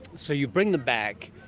so you bring them back,